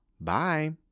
Bye